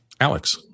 Alex